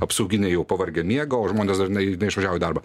apsauginiai jau pavargę miega o žmonės dažnai neišvažiavo į darbą